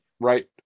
right